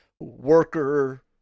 worker